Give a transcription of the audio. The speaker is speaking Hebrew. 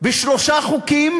שבשלושה חוקים,